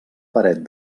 paret